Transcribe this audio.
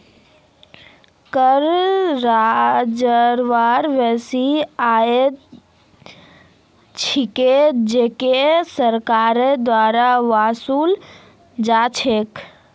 कर राजस्व वैसा आय छिके जेको सरकारेर द्वारा वसूला जा छेक